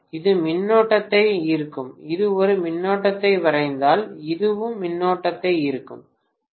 இது மின்னோட்டத்தை ஈர்க்கும் இது ஒரு மின்னோட்டத்தை வரைந்தால் இதுவும் மின்னோட்டத்தை ஈர்க்கும்